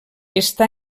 està